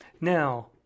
Now